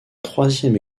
troisième